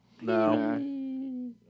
No